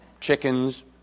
chickens